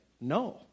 no